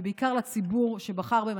ובעיקר לציבור שבחר בהם.